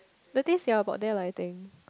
the taste ya about there lah I think